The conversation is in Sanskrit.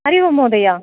हरि ओम् महोदय